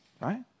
right